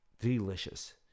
Delicious